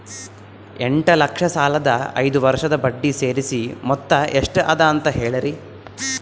ಎಂಟ ಲಕ್ಷ ಸಾಲದ ಐದು ವರ್ಷದ ಬಡ್ಡಿ ಸೇರಿಸಿ ಮೊತ್ತ ಎಷ್ಟ ಅದ ಅಂತ ಹೇಳರಿ?